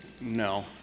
No